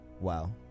Wow